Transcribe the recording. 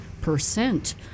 percent